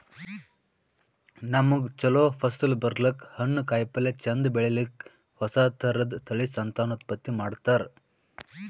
ನಮ್ಗ್ ಛಲೋ ಫಸಲ್ ಬರ್ಲಕ್ಕ್, ಹಣ್ಣ್, ಕಾಯಿಪಲ್ಯ ಚಂದ್ ಬೆಳಿಲಿಕ್ಕ್ ಹೊಸ ಥರದ್ ತಳಿ ಸಂತಾನೋತ್ಪತ್ತಿ ಮಾಡ್ತರ್